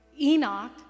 Enoch